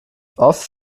oft